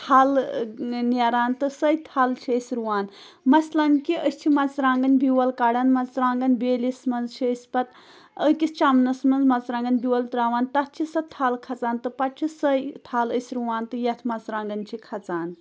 تھل نیران تہٕ سۄے تھل چھِ أسۍ رُوان مثلاً کہِ أسۍ چھِ مَژٕرٛانٛگَن بیول کَڑان مژٕرٛانٛگَن بیلِس منٛز چھِ أسۍ پَتہٕ أکِس چَمنَس منٛز مَژرانٛگَن بیول ترٛاوان تَتھ چھِ سۄ تھل کھَسان تہٕ پَتہٕ چھِ سۄے تھَل أسۍ رُوان تہٕ یَتھ مَژٕرٛانٛگَن چھِ کھَسان